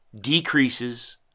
decreases